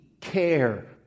care